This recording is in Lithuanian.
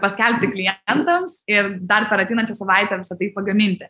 paskelbti klientams ir dar per ateinančią savaitę visa tai pagaminti